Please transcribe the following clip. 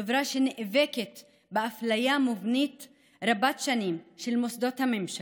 חברה שנאבקת באפליה מובנית רבת-שנים של מוסדות הממשלה,